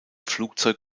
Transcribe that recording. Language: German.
flugzeug